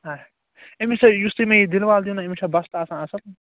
ٲں أمِس حظ یُس تُہۍ مےٚ یہِ دِنوٲل أمس چھا بستہٕ آسان اصٕل